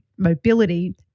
mobility